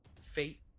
fate